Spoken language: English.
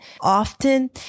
often